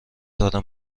دارم